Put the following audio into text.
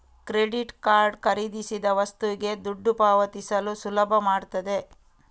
credit card ಖರೀದಿಸಿದ ವಸ್ತುಗೆ ದುಡ್ಡು ಪಾವತಿಸಲು ಸುಲಭ ಮಾಡ್ತದೆ